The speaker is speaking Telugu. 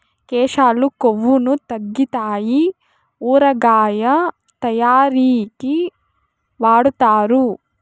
కేశాలు కొవ్వును తగ్గితాయి ఊరగాయ తయారీకి వాడుతారు